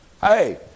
Hey